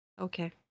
okay